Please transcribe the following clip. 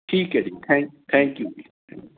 ਠੀਕ ਹੈ ਜੀ ਥੈਂਕ ਥੈਂਕ ਯੂ ਜੀ